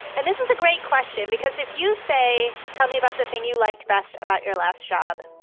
and this is a great question, because if you say tell me about the thing you liked best about your last job,